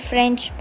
French